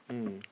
mm